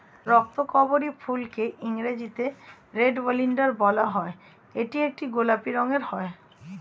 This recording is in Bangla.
রক্তকরবী ফুলকে ইংরেজিতে রেড ওলিয়েন্ডার বলা হয় এবং এটি গোলাপি রঙের হয়